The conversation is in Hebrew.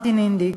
מרטין אינדיק,